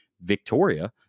Victoria